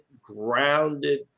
grounded